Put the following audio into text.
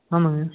ஆமாங்க